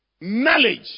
knowledge